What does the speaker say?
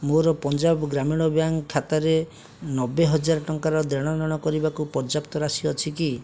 ମୋର ପଞ୍ଜାବ ଗ୍ରାମୀଣ ବ୍ୟାଙ୍କ ଖାତାରେ ନବେ ହଜାର ଟଙ୍କାର ଦେଣ ନେଣ କରିବାକୁ ପର୍ଯ୍ୟାପ୍ତ ରାଶି ଅଛି କି